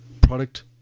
product